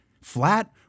flat